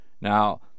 Now